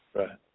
right